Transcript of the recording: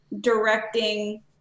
directing